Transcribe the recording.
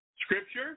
Scripture